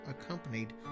accompanied